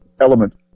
Element